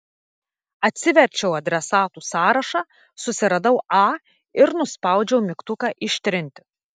atsiverčiau adresatų sąrašą susiradau a ir nuspaudžiau mygtuką ištrinti